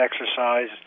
exercise